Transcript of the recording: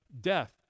death